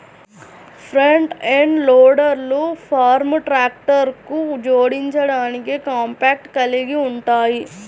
front end లోడర్లు farm ట్రాక్టర్లకు జోడించడానికి కాంపాక్ట్ కలిగి ఉంటాయి